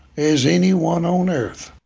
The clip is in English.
as anyone on earth.